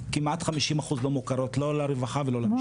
כמעט 50 אחוזים לא מוכרות לא למשטרה ולא לרווחה.